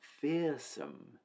Fearsome